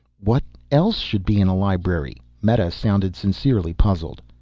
what else should be in a library? meta sounded sincerely puzzled.